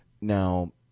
Now